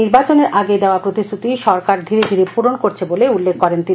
নির্বাচনের আগে দেওয়া প্রতিশ্রুতি সরকার ধীরে ধীরে পূরণ প্করছে বলে উল্লেখ করেন তিনি